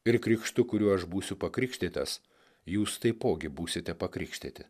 ir krikštu kuriuo aš būsiu pakrikštytas jūs taipogi būsite pakrikštyti